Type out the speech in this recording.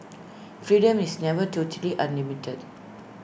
freedom is never totally unlimited